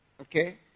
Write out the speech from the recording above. Okay